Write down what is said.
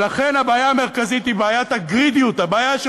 לכן הבעיה המרכזית היא בעיית הגרידיות, הבעיה של